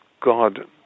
God